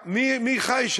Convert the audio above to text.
מי חי שם?